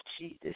Jesus